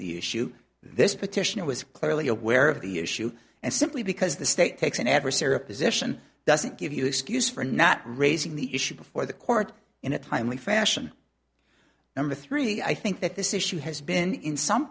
the issue this petition was clearly aware of the issue and simply because the state takes an adversarial position doesn't give you excuse for not raising the issue before the court in a timely fashion number three i think that this issue has been in some